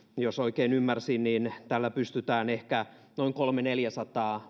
jos oikein ymmärsin niin tällä pystytään vankilukua vähentämään ehkä noin kolmesataa viiva neljäsataa